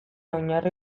oinarri